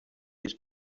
his